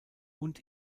und